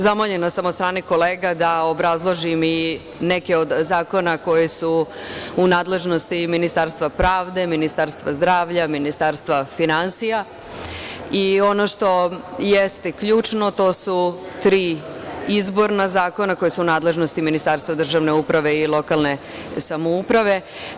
Zamoljena sam od strane kolega da obrazložim i neke od zakona koji su u nadležnosti Ministarstva pravde, Ministarstva zdravlja, Ministarstva finansija i ono što jeste ključno, to su tri izborna zakona koja su u nadležnosti Ministarstva državne uprave i lokalne samouprave.